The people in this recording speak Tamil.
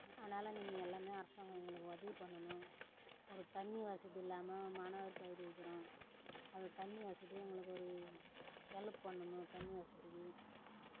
அதனால நீங்கள் எல்லாமே அரசாங்கம் எங்களுக்கு உதவி பண்ணணும் ஒரு தண்ணி வசதி இல்லாமல் மாணவரி பயிறுவிற்கிறோம் அதுக்கு தண்ணி வசதி எங்களுக்கு ஒரு ஹெல்ப் பண்ணணும் தண்ணி வசதிக்கு